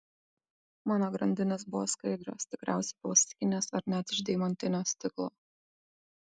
mano grandinės buvo skaidrios tikriausiai plastikinės ar net iš deimantinio stiklo